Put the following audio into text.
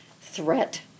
threat